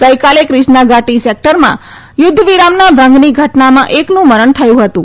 ગઇકાલે ક્રિષ્ના ઘાટી સેક્ટરમાં યુદ્ધવિરામના ભંગની ઘટનામાં એકનું મરણ થયું હતું